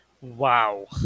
Wow